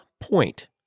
point